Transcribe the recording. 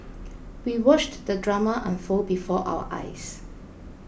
we watched the drama unfold before our eyes